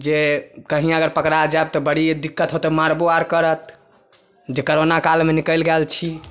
जे कहिॅं अगर पकड़ा जायब तऽ बड़ी दिक्कत होतै मारबो आर करत जे कोरोना कालमे निकैल गेल छी